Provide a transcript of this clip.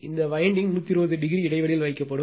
இந்த winding 120 o இடைவெளியில் வைக்கப்படும்